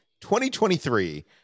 2023